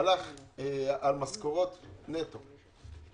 הלך על משכורות נטו?